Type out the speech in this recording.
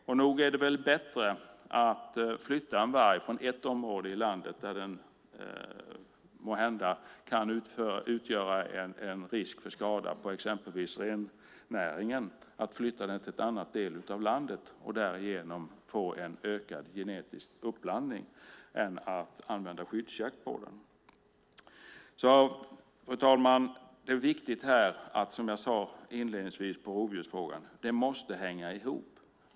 Och nog är det väl bättre att flytta en varg från ett område i landet där den kan utgöra en risk för skada på exempelvis rennäringen till en annan del av landet, så att vi därigenom får en ökad genetisk uppblandning, än att använda skyddsjakt på den. Fru talman! Det är viktigt, som jag sade inledningsvis om rovdjursfrågan, att det hänger ihop.